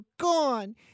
gone